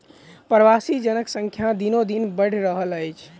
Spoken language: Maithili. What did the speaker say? प्रवासी जनक संख्या दिनोदिन बढ़ि रहल अछि